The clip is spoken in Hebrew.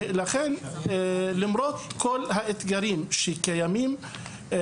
לכן למרות כל האתגרים הקיימים,